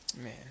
Man